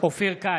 אופיר כץ,